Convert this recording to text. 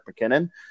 McKinnon